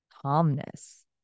calmness